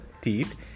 Teeth